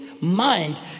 mind